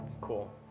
Cool